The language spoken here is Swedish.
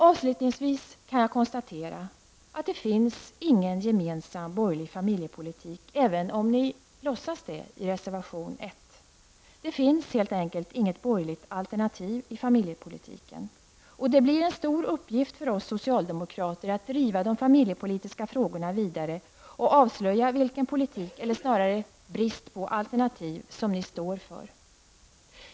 Avslutningsvis kan jag konstatera att det inte finns någon gemensam borgerlig familjepolitik, även om ni låtsas det i reservation 1. Det finns helt enkelt inget borgerligt alternativ i familjepolitiken. Det blir en stor uppgift för oss socialdemokrater att driva de familjepolitiska frågorna vidare och avslöja vilken politik eller snarare vilken brist på alternativ som ni står för.